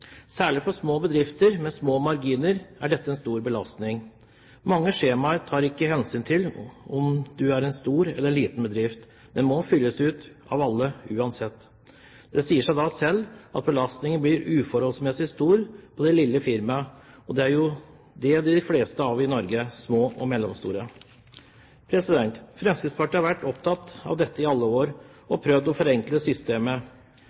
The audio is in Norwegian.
Særlig for små bedrifter med små marginer er dette en stor belastning. Mange skjemaer tar ikke hensyn til om man er en stor eller liten bedrift, men må fylles ut av alle uansett. Det sier seg da selv at belastningen blir uforholdsmessig stor på det lille firmaet, og det er jo dem det er flest av i Norge – små og mellomstore bedrifter. Fremskrittspartiet har vært opptatt av dette i alle år og prøvd å forenkle systemet.